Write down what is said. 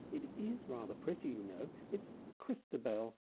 it is rather pretty you know it's christabel.